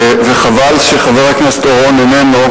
וחבל שחבר הכנסת אורון איננו,